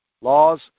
laws